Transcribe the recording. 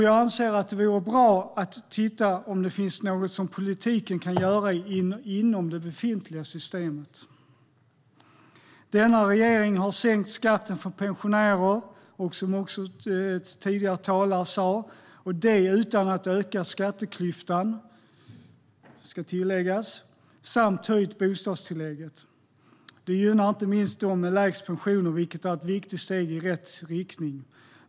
Jag anser att det vore bra att titta på om det finns något som politiken kan göra inom det befintliga systemet. Denna regering har sänkt skatten för pensionärer, precis som tidigare talare har sagt, och det har skett utan att öka skatteklyftan eller höja bostadstillägget. Det gynnar inte minst dem med lägst pensioner, vilket är ett viktigt steg i rätt riktning.